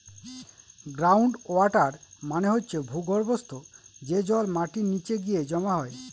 ground water মানে হচ্ছে ভূর্গভস্ত, যে জল মাটির নিচে গিয়ে জমা হয়